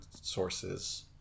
sources